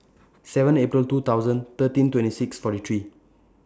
seven April two thousand thirteen twenty six forty three